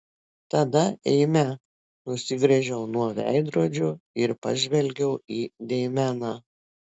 tada eime nusigręžiau nuo veidrodžio ir pažvelgiau į deimeną